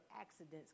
accidents